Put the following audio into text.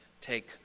take